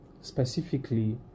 specifically